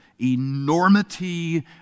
enormity